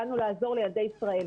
באנו לעזור לילדי ישראל.